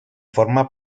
forma